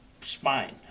spine